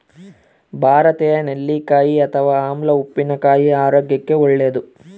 ಭಾರತೀಯ ನೆಲ್ಲಿಕಾಯಿ ಅಥವಾ ಆಮ್ಲ ಉಪ್ಪಿನಕಾಯಿ ಆರೋಗ್ಯಕ್ಕೆ ಒಳ್ಳೇದು